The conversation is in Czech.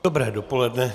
Dobré dopoledne.